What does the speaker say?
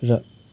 र